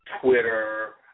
Twitter